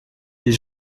les